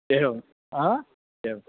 एवं हा एवम्